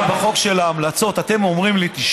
גם בחוק של ההמלצות: תשמע,